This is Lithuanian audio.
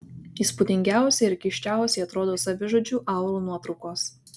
įspūdingiausiai ir keisčiausiai atrodo savižudžių aurų nuotraukos